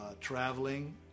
traveling